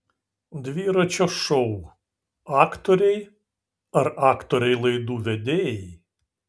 dviračio šou aktoriai ar aktoriai laidų vedėjai